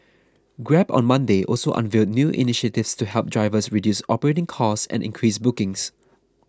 grab on Monday also unveiled new initiatives to help drivers reduce operating costs and increase bookings